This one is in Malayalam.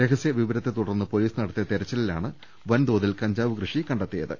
രഹസ്യ വിവരത്തെ തുടർന്ന് പൊലീസ് നടത്തിയ തെരച്ചിലിലാണ് വൻതോതിൽ കഞ്ചാവ് കൃഷി കണ്ടെ ത്തിയത്